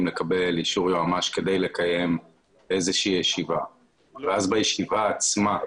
לקבל אישור היועץ המשפטי כדי לקיים איזושהי ישיבה ואז בישיבה עצמה,